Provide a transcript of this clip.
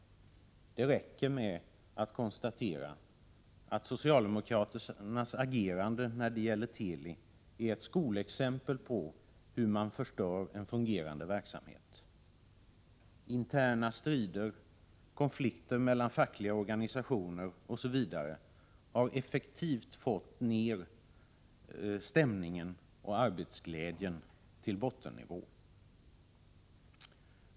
Det räcker med att konstatera att socialdemokraternas agerande när det gäller Teli är ett skolexempel på hur man förstör en fungerande verksamhet. Interna strider, konflikter mellan fackliga organisationer osv. har effektivt fått ner stämningen och arbetsglädjen till bottennivå.